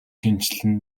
шинэчлэл